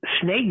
snake